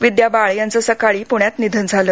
विद्या बाळ यांचं आज सकाळी पुण्यात निधन झालं